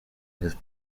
his